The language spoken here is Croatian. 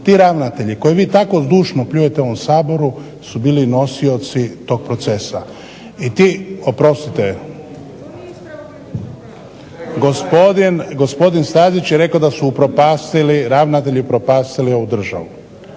Ti ravnatelji koji vi tako zdušno pljujete u ovom Saboru su bili nosioci tog procesa. I ti oprostite. Gospodin Stazić je rekao da su ravnatelji upropastili ovu državu.